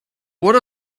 what